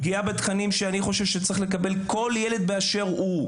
פגיעה בתכנים שאני חושב שצריך לקבל כל ילד באשר הוא,